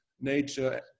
nature